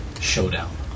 Showdown